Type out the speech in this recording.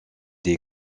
des